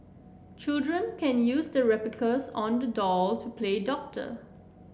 children can use the replicas on the doll to play doctor